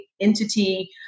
entity